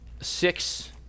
Six